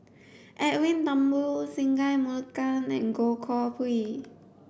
Edwin Thumboo Singai Mukilan and Goh Koh Pui